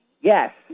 yes